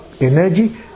energy